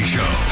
Show